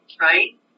Right